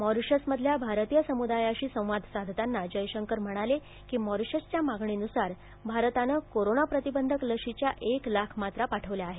मॉरीशसमधल्या भारतीय समुदायाशी संवाद साधताना जयशंकर म्हणाले की मॉरीशसच्या मागणीनुसार भारतानं कोरोना प्रतिबंधक लशीच्या एक लाख मात्रा पाठवल्या आहेत